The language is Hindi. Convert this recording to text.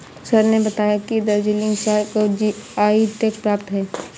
सर ने बताया कि दार्जिलिंग चाय को जी.आई टैग प्राप्त है